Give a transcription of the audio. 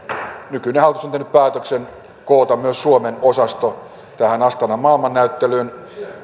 nykyinen hallitus on tehnyt päätöksen koota myös suomen osasto tähän astanan maailmannäyttelyyn